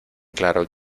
claro